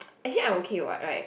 actually I'm okay what right